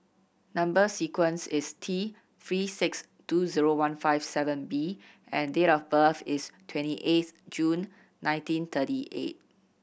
number sequence is T Three six two zero one five seven B and date of birth is twenty eighth June nineteen thirty eight